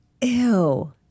ew